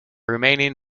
remaining